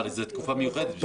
אבל זו תקופה מיוחדת,